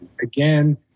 Again